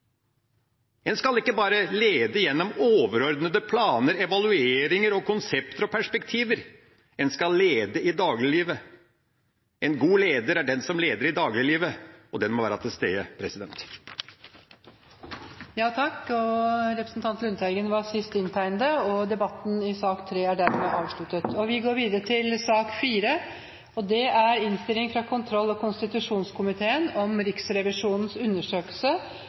En skal ikke bare lede gjennom overordnede planer, evalueringer, konsepter og perspektiver. En skal lede i dagliglivet. En god leder er den som leder i dagliglivet – den må være til stede. Flere har ikke bedt om ordet til sak nr. 3. Denne saken gjelder Riksrevisjonens undersøkelse om Helsedirektoratet forvalter sine oppgaver effektivt, om ledelsen har etablert hensiktsmessige systemer for styring og oppfølging av virksomheten og om